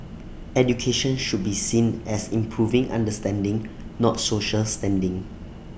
education should be seen as improving understanding not social standing